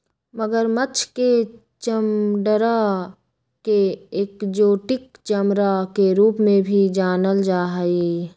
मगरमच्छ के चमडड़ा के एक्जोटिक चमड़ा के रूप में भी जानल जा हई